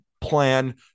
plan